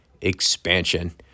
expansion